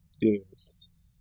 Yes